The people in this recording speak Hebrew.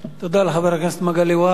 תודה לחבר הכנסת מגלי והבה,